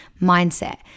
mindset